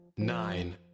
nine